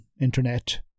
internet